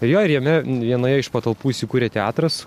jo ir jame vienoje iš patalpų įsikūrė teatras